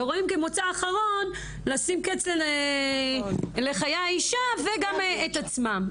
ורואים כמוצא אחרון לשים קץ לחיי האישה וגם את עצמם.